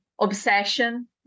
obsession